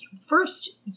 first